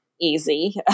easy